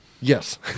Yes